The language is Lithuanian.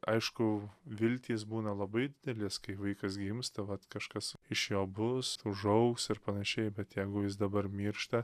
aišku viltys būna labai didelės kai vaikas gimsta vat kažkas iš jo bus užaugs ir panašiai bet jeigu jis dabar miršta